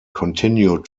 continued